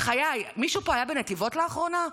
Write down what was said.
בחיי, מישהו פה היה בנתיבות לאחרונה?